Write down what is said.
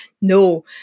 no